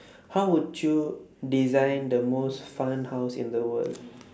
how would you design the most fun house in the world